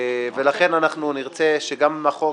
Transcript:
ולכן נרצה שגם החוק,